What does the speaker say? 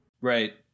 Right